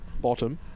bottom